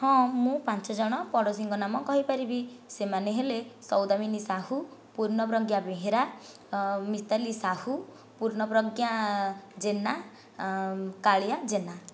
ହଁ ମୁଁ ପାଞ୍ଚ ଜଣ ପଡ଼ୋଶୀଙ୍କ ନାମ କହିପାରିବି ସେମାନେ ହେଲେ ସୌଦାମିନି ସାହୁ ପୁର୍ଣ୍ଣପ୍ରଜ୍ଞା ବେହେରା ମିତାଲି ସାହୁ ପୁର୍ଣ୍ଣପ୍ରଜ୍ଞା ଜେନା କାଳିଆ ଜେନା